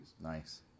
Nice